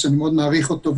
שאני מאוד מעריך אותו,